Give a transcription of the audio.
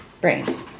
Brains